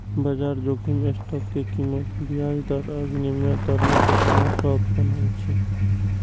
बाजार जोखिम स्टॉक के कीमत, ब्याज दर आ विनिमय दर मे बदलाव सं उत्पन्न होइ छै